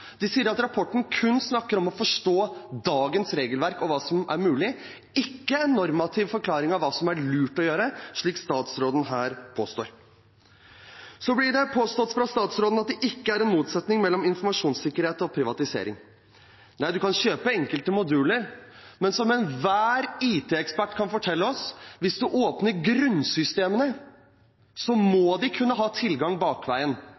De sier at rapporten kun snakker om å forstå dagens regelverk og hva som er mulig – ikke en normativ forklaring på hva som er lurt å gjøre, slik statsråden her påstår. Så blir det påstått fra statsråden at det ikke er en motsetning mellom informasjonssikkerhet og privatisering. Nei, man kan kjøpe enkelte moduler, men som enhver IT-ekspert kan fortelle oss, er det slik at hvis du åpner grunnsystemene, så må de kunne ha tilgang bakveien,